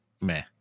Meh